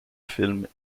films